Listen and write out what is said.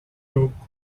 groupe